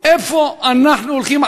איפה אנחנו הולכים,